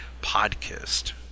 podcast